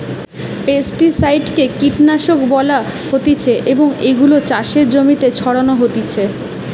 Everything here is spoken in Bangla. পেস্টিসাইড কে কীটনাশক বলা হতিছে এবং এগুলো চাষের জমিতে ছড়ানো হতিছে